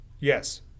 Yes